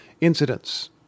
incidents